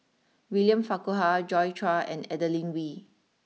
William Farquhar Joi Chua and Adeline Ooi